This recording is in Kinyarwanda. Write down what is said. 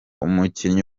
umukinnyi